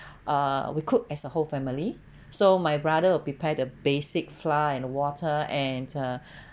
uh we cooked as a whole family so my brother will prepare the basic flour and water and uh